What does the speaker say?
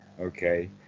okay